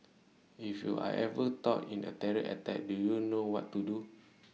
if you are ever sought in A terror attack do you know what to do